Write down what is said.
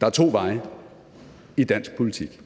Der er to veje i dansk politik.